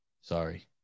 Sorry